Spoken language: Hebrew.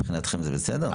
מבחינתכם זה בסדר?